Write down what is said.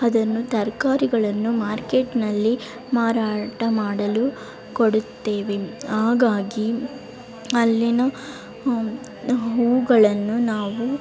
ಅದನ್ನು ತರಕಾರಿಗಳನ್ನು ಮಾರ್ಕೆಟ್ನಲ್ಲಿ ಮಾರಾಟ ಮಾಡಲು ಕೊಡುತ್ತೇವೆ ಹಾಗಾಗಿ ಅಲ್ಲಿನ ಹೂವುಗಳನ್ನು ನಾವು